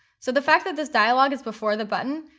so the fact that this dialog is before the button,